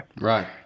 right